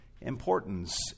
importance